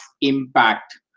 Impact